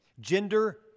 Gender